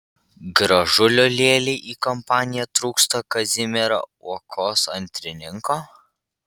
gražulio lėlei į kompaniją trūksta kazimiero uokos antrininko